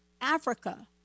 Africa